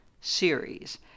series